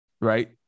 right